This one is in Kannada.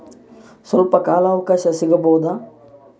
ಸ್ವಲ್ಪ ಕಾಲ ಅವಕಾಶ ಸಿಗಬಹುದಾ?